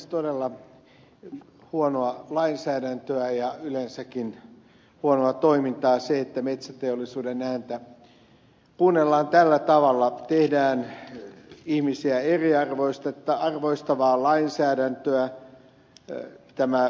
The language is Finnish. on todella huonoa lainsäädäntöä ja yleensäkin huonoa toimintaa se että metsäteollisuuden ääntä kuunnellaan tällä tavalla tehdään ihmisiä eriarvoistavaa lainsäädäntöä